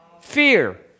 Fear